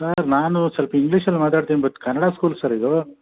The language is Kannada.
ಸರ್ ನಾನು ಸ್ವಲ್ಪ ಇಂಗ್ಲಿಷಲ್ಲಿ ಮಾತಾಡ್ತೀನಿ ಬಟ್ ಕನ್ನಡ ಸ್ಕೂಲ್ ಸರ್ ಇದು